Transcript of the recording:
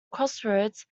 crossroads